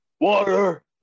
Water